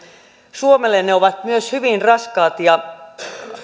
suomelle ne ovat myös hyvin raskaat ja